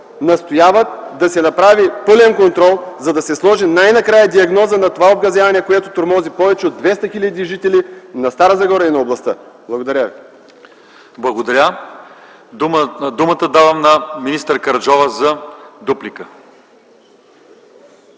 настояват да се направи пълен контрол, за да се сложи най-накрая диагноза на това обгазяване, което тормози повече от 200 хил. жители на Стара Загора и областта. Благодаря ви. ПРЕДСЕДАТЕЛ ЛЪЧЕЗАР ИВАНОВ: Благодаря. Думата давам на министър Караджова за дуплика.